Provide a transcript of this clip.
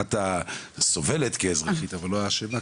את הסובלת אבל לא האשמה.